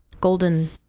golden